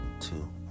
two